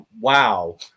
wow